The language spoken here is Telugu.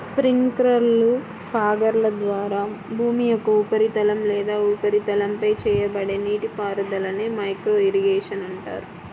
స్ప్రింక్లర్లు, ఫాగర్ల ద్వారా భూమి యొక్క ఉపరితలం లేదా ఉపరితలంపై చేయబడే నీటిపారుదలనే మైక్రో ఇరిగేషన్ అంటారు